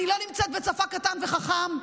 אני לא נמצאת בצבא קטן וחכם.